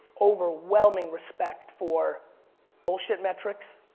overwhelming respect for bullshit metrics,